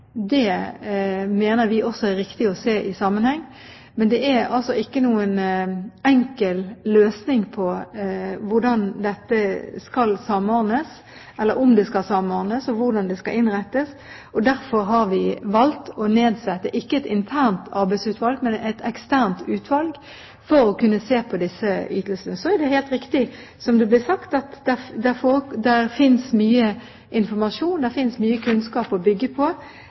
Vi mener også at det er riktig å se dette i sammenheng. Det er altså ikke noen enkel løsning på hvordan dette skal samordnes, om det skal samordnes, eller hvordan det skal innrettes. Derfor har vi valgt å nedsette et eksternt arbeidsutvalg – ikke et internt utvalg – for å se på disse ytelsene. Så er det helt riktig som det ble sagt, at det finnes mye informasjon. Det finnes også mye kunnskap å bygge på,